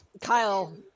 Kyle